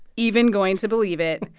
even going to believe it.